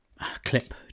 clip